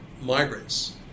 migrants